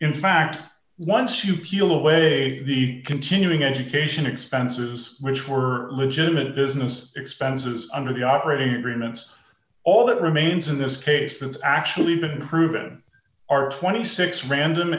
in fact once you peel away the continuing education expenses which were legitimate business expenses under the operating room and all that remains in this case that's actually been proven are twenty six random